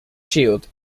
shield